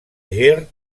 ger